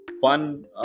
fun